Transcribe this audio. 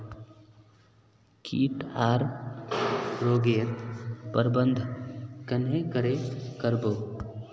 किट आर रोग गैर प्रबंधन कन्हे करे कर बो?